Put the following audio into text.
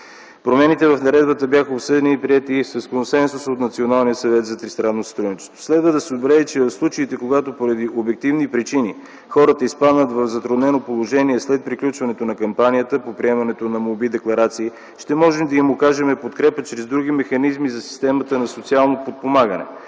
консенсус от Националния съвет за тристранно сътрудничество. Следва да се отбележи, че в случаите, когато поради обективни причини хората изпаднат в затруднено положение след приключването на кампанията по приемането на молби и декларации, ще можем да им окажем подкрепа чрез други механизми от системата за социално подпомагане.